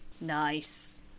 Nice